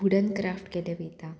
wooden craft केले वयता